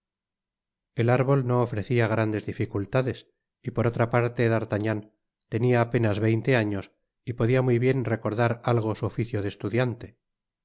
el árbol no ofrecia grandes dificultades y por otra parte d'artagnan tenia á penas veinte años y podia muy bien recordar algo su oficio de estudiante